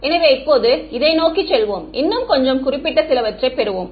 எனவே இப்போது இதை நோக்கிச் செல்வோம் இன்னும் கொஞ்சம் குறிப்பிட்ட சிலவற்றை பெறுவோம்